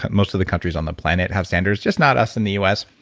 most of the countries on the planet have standards, just not us in the us.